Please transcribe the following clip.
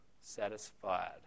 Satisfied